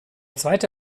zweite